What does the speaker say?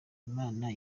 imana